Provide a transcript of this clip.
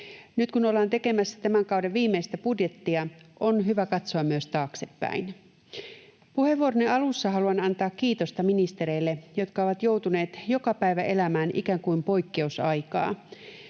Nyt kun ollaan tekemässä tämän kauden viimeistä budjettia, on hyvä katsoa myös taaksepäin. Puheenvuoroni alussa haluan antaa kiitosta ministereille, jotka ovat joutuneet joka päivä elämään ikään kuin poikkeusaikaa.